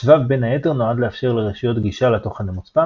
השבב בין היתר נועד לאפשר לרשויות גישה לתוכן המוצפן